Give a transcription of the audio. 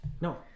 No